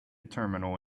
terminal